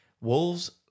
Wolves